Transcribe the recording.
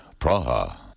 Praha